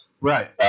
Right